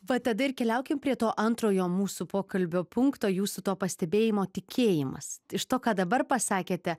va tada ir keliaukim prie to antrojo mūsų pokalbio punkto jūsų to pastebėjimo tikėjimas iš to ką dabar pasakėte